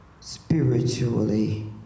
spiritually